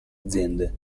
aziende